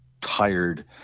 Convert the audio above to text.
tired